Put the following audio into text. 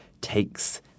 takes